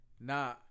nah